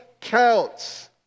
counts